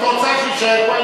את רוצה שיישאר פה?